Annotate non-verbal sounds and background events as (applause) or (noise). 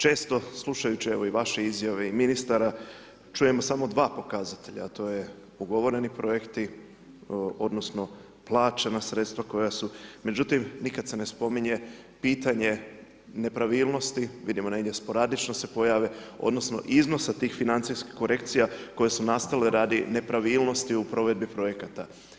Često slušajući i vaše izjave i ministara, čujemo samo 2 pokazatelja, a to je ugovoreni projekti, odnosno, plaćena sredstva koja su, međutim, nikada se ne spominje pitanje nepravilnosti, vidimo negdje … (unintelligible) se pojave, odnosno, iznosi tih financijskih korekcija, koje su nastale radi nepravilnosti u provedbi projekata.